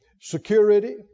security